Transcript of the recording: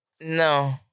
No